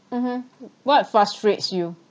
mmhmm what frustrates you